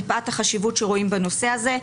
מפאת החשיבות שרואים בנושא הזה.